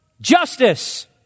Justice